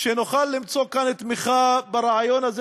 שנוכל למצוא כאן תמיכה ברעיון הזה,